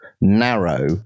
narrow